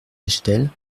bechtel